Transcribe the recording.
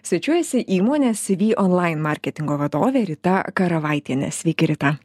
svečiuojasi įmonės cv online marketingo vadovė rita karavaitienė sveiki rita